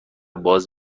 باز